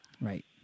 Right